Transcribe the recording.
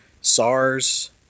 SARS